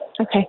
Okay